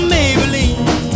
Maybelline